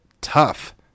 tough